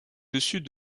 dessus